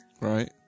Right